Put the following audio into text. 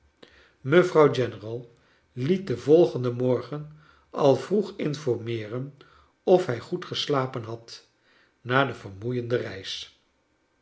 mevrouw general liet den volgenden morgen al vroeg informeeren of hij goed geslapen had na de vermoeiende reis